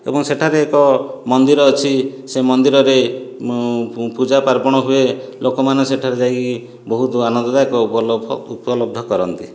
ଏବଂ ସେଠାରେ ଏକ ମନ୍ଦିର ଅଛି ସେ ମନ୍ଦିରରେ ପୂଜା ପାର୍ବଣ ହୁଏ ଲୋକ ମାନେ ସେଠାରେ ଯାଇକି ବହୁତ ଆନନ୍ଦଦାୟକ ଉପଲବ୍ଧ କରନ୍ତି